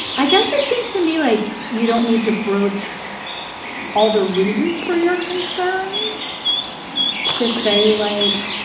i guess it seems to me like you don't need to broach all the reasons for your concerns to say, like.